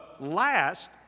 last